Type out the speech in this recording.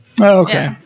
Okay